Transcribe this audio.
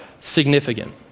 significant